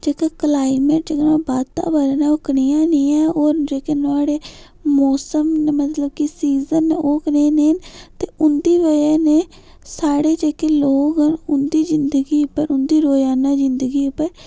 जेह्का क्लाइमेट बाधा बधना ओह् कनेहा नेहा ऐ होर जेह्के नोहाड़े मौसम मतलब कि सीजन न ओह् कनेह् नेह् न ते उं'दी वजह् न साढ़ै जेह्के लोग न उं'दी जिन्दगी उप्पर उंदी रोजाना जिंदगी उप्पर